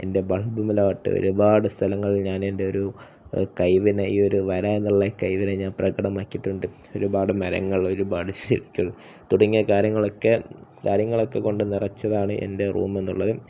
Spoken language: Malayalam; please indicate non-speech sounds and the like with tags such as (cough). എൻ്റെ ബൺ റൂമിലാകട്ടെ ഒരുപാട് സ്ഥലങ്ങൾ ഞാൻ എൻ്റെ ഒരു കഴിവിനെ ഈ ഒരു വര എന്നുള്ള കഴിവിനെ ഞാൻ പ്രകടമാക്കിയിട്ടുണ്ട് ഒരുപാട് മരങ്ങൾ ഒരുപാട് (unintelligible) തുടങ്ങിയ കാര്യങ്ങളൊക്കെ കാര്യങ്ങളൊക്കെ കൊണ്ട് നിറച്ചതാണ് എൻ്റെ റൂം എന്നുള്ളത്